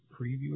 preview